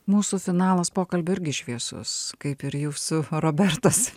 mūsų finalas pokalbių irgi šviesus kaip ir jūsų robertos